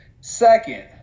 Second